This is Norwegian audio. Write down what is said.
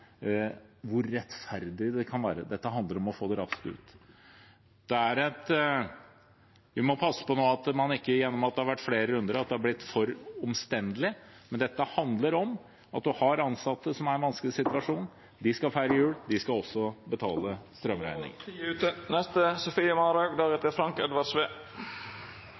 rettferdig det kan være. Dette handler om å få det raskt ut. I og med at det har vært flere runder, må vi nå passe på at det ikke er blitt for omstendelig. Dette handler om at man har ansatte som er i en vanskelig situasjon. De skal feire jul, og de skal også betale